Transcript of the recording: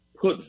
put